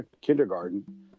kindergarten